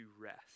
rest